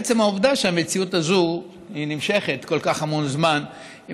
עצם העובדה שהמציאות הזאת נמשכת כל כך המון זמן היא